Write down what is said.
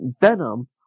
Venom